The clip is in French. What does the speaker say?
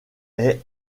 est